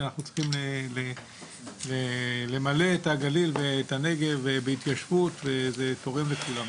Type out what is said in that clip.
שאנחנו צריכים למלא את הגליל ואת הנגב בהתיישבות וזה תורם לכולם.